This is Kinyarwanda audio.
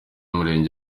murenge